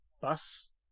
bus